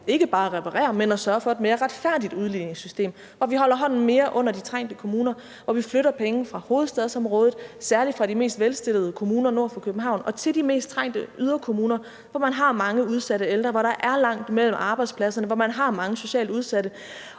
ikke bare reparere, men sørge for et mere retfærdigt udligningssystem, hvor vi holder hånden mere under de trængte kommuner, og hvor vi flytter penge fra hovedstadsområdet, særlig fra de mest velstillede kommuner nord for København, til de mest trængte yderkommuner, hvor man har mange udsatte ældre; hvor der er langt mellem arbejdspladserne; hvor man har mange socialt udsatte.